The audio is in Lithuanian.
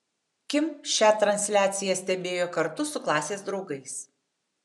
kim šią transliaciją stebėjo kartu su klasės draugais